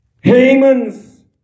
Haman's